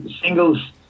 singles